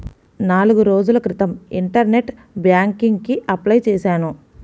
నాల్గు రోజుల క్రితం ఇంటర్నెట్ బ్యేంకింగ్ కి అప్లై చేశాను